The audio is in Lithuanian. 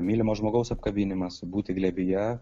mylimo žmogaus apkabinimas būti glėbyje